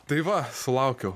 tai va sulaukiau